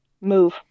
Move